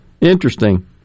Interesting